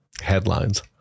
headlines